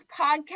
podcast